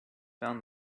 found